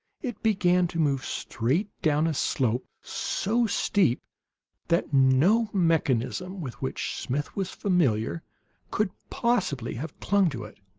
it began to move straight down a slope so steep that no mechanism with which smith was familiar could possibly have clung to it.